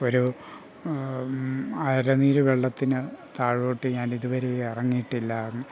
ഒരു അര നീര് വെള്ളത്തിന് താഴോട്ട് ഞാൻ ഇതുവരെയും ഇറങ്ങിയിട്ടില്ല